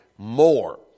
more